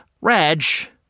Raj